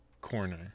corner